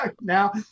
Now